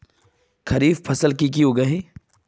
खरीफ फसल की की उगैहे?